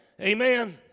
Amen